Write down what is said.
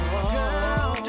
Girl